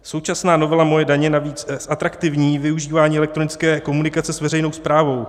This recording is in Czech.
Současná novela MOJE daně navíc zatraktivní využívání elektronické komunikace s veřejnou správou.